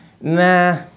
Nah